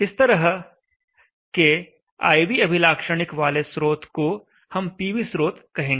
इस तरह के I V अभिलाक्षणिक वाले स्रोत को हम पीवी स्रोत कहेंगे